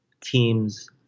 teams